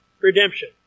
redemption